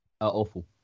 awful